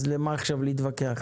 אז למה עכשיו להתווכח?